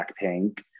Blackpink